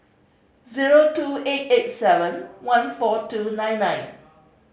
zero two eight eight seven one four two nine nine